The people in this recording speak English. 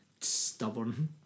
stubborn